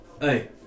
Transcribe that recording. Hey